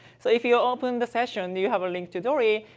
so if you open the session, you have a link to dory.